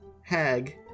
hag